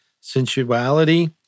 sensuality